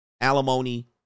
alimony